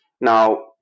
Now